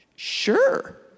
Sure